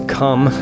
come